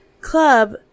club